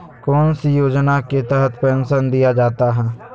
कौन सी योजना के तहत पेंसन दिया जाता है?